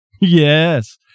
Yes